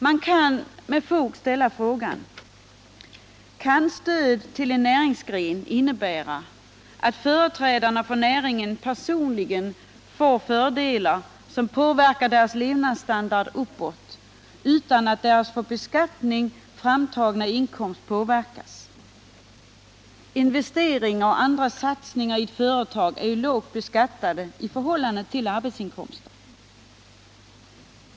Man kan med fog ställa frågan: Kan stöd till en näringsgren innebära att företrädarna för näringen personligen får fördelar, som påverkar deras levnadsstandard uppåt, utan att deras för beskattning framtagna inkomst påverkas? Investeringar och andra satsningar i ett företag är ju lågt beskattade i förhållande till arbetsinkomster.